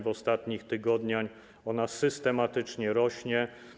W ostatnich tygodniach ona systematycznie rośnie.